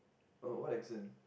oh what accent